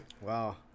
Wow